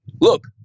look